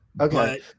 okay